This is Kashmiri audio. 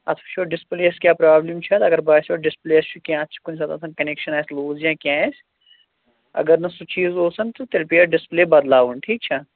اَتھ وُچھو ڈِسپُلیس کیٛاہ پرٛابلِم چھِ اَتھ اگر باسٮ۪و ڈِسپُلیس چھُ کیٚنٛہہ اَتھ چھُ کُنہِ ساتہٕ آسان کَنیکشَن آسہِ لوٗز یا کیٚنٛہہ آسہِ اگر نہٕ سُہ چیٖز اوس تیٚلہِ پیٚیہِ اَتھ ڈِسپُلے بَدلاوُن ٹھیٖک چھا